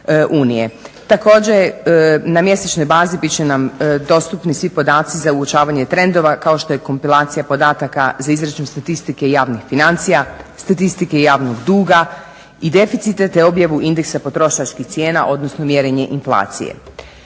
Također, na mjesečnoj bazi bit će nam dostupni svi podaci za uočavanje trendova kao što je kompilacija podataka za izračun statistike javnih financija, statistike javnog duga i deficite te objavu indeksa potrošačkih cijena, odnosno mjerenje inflacije.